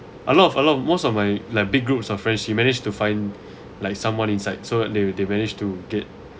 a lot of a lot of most of my like big groups of friends she managed to find like someone inside so that they managed to get